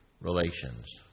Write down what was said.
relations